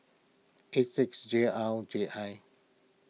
eight six J R J I